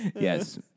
Yes